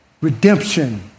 redemption